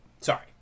Sorry